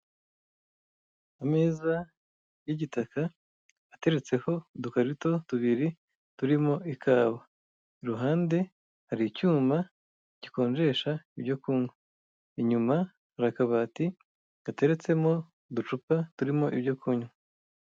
Ameza y'igitaka ateretseho udukarito tubiri turimo ikawa, ku ruhande hari icyuma gikonjesha ibyo kunywa, inyuma hari akabati gateretsemo uducupa turimo ibyo kunywa.